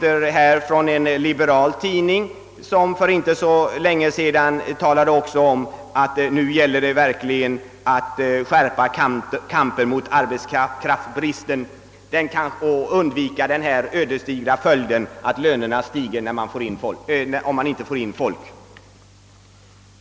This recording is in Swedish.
En stor liberal tidning skrev för inte så länge sedan, att det nu verkligen gällde att skärpa kampen mot arbetskraftsbristen för att undvika den ödesdigra konsekvensen att lönerna stiger om man inte importerar folk.